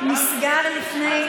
נסגר לפני,